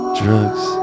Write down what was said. drugs